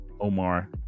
Omar